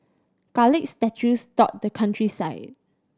garlic statues dot the countryside